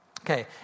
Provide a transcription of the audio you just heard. Okay